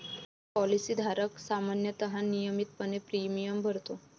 policy धारक सामान्यतः नियमितपणे प्रीमियम भरतो